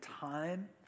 time